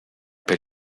per